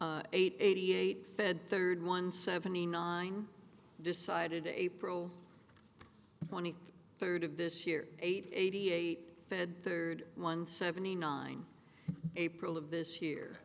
a eight eighty eight bed third one seventy nine decided april twenty third of this year eight eighty eight said third month seventy nine april of this year